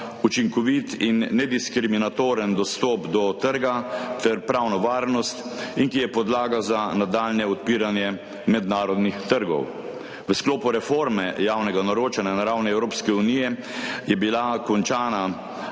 učinkovit in nediskriminatoren dostop do trga ter pravno varnost in ki je podlaga za nadaljnje odpiranje mednarodnih trgov. V sklopu reforme javnega naročanja na ravni Evropske unije je bila 11.